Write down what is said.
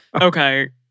Okay